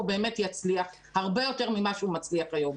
באמת יצליח הרבה יותר ממה שהוא מצליח היום.